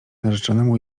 narzeczonemu